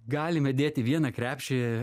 galime dėti į vieną krepšį